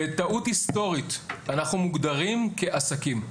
בטעות היסטורית אנחנו מוגדרים כעסקים.